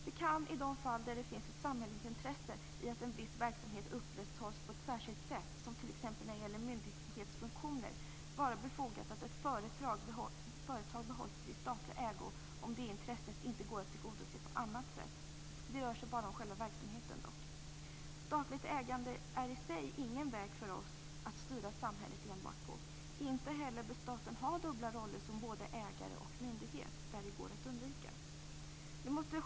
Det kan i de fall det finns ett samhällsintresse i att en viss verksamhet upprätthålls på ett särskilt sätt, t.ex. myndighetsfunktioner, vara befogat att ett företag behålls i statlig ägo om det intresset inte kan tillgodoses på annat sätt. Det avgörs dock av själva verksamheten. Statligt ägande är i sig ingen väg för oss att styra samhället på. Inte heller bör staten ha dubbla roller som både ägare och myndighet där det går att undvika.